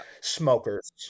Smokers